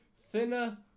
thinner